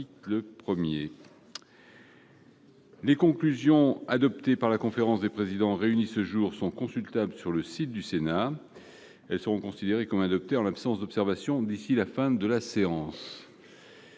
reprise. Les conclusions adoptées par la conférence des présidents réunie ce jour sont consultables sur le site du Sénat. Elles seront considérées comme adoptées en l'absence d'observations d'ici à la fin de la séance.-